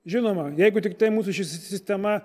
žinoma jeigu tiktai mūsų ši sistema